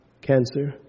cancer